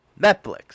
Netflix